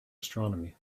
astronomy